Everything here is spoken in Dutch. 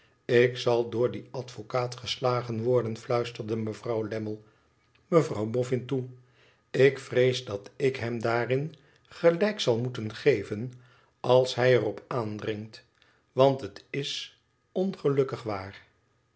tik zal door dien advocaat geslagen worden fluisterde mevrouw lammie mevrouw boffin toe ik vrees dat ik hem daarin gelijk zal moeten geven als hij er op aandringt want het is ongelukkig waar